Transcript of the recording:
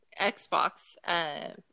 Xbox